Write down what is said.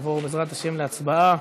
נעבור להצבעה,